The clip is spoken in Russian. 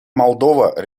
молдова